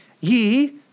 Ye